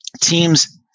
teams